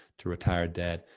to retire debt,